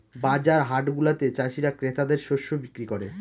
বাজার হাটগুলাতে চাষীরা ক্রেতাদের শস্য বিক্রি করে